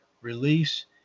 Release